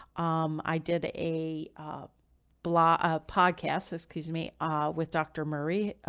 um, i did a, a blog, a podcast, excuse me, ah, with dr. murray, ah,